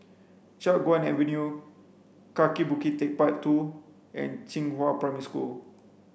Chiap Guan Avenue Kaki Bukit Techpark Two and Xinghua Primary School